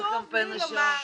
עצוב לי לומר,